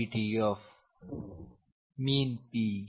ಗೆ ಸಮಾನವಾಗಿರುತ್ತದೆ